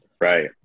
Right